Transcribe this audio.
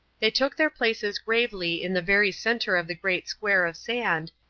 they took their places gravely in the very centre of the great square of sand,